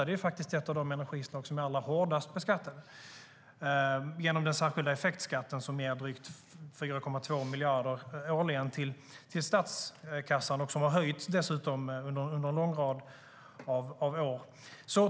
Det är faktiskt ett av de energislag som är allra hårdast beskattade genom den särskilda effektskatten, som ger drygt 4,2 miljarder årligen till statskassan och som dessutom har höjts under en lång rad av år.